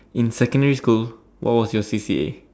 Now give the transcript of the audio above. in secondary school what was your C_C_A